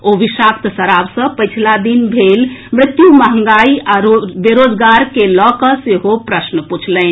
ओ विषाक्त शराब सॅ पछिला दिन भेल मृत्यु महंगाई आ बेरोजगारी के लऽकऽ सेहो प्रश्न पूछलनि